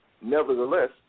Nevertheless